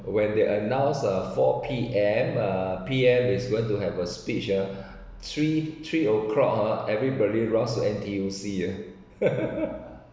when they announced uh four P_M uh P_M is going to have a speech uh three three o‘clock ah everybody rush to N_T_U_C